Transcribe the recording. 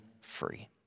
free